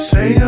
Say